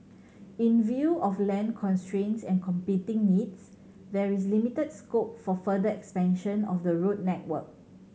in view of land constraints and competing needs there is limited scope for further expansion of the road network